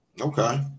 Okay